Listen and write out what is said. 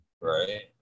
Right